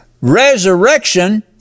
resurrection